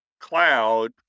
cloud